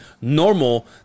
normal